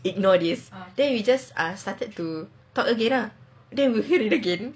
ignore this then we just ah started to talk again lah then we heard it again